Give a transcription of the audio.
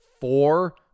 four